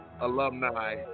alumni